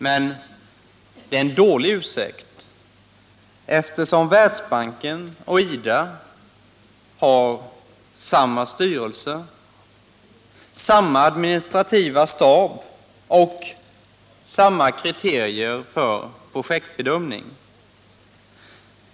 Men det är en dålig ursäkt, eftersom Världsbanken och IDA har samma styrelse, samma administrativa stab och samma kriterier för projektbedömning.